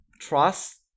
trust